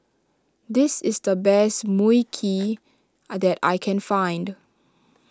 this is the best Mui Kee that I can find